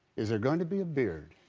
is there going to be a beard?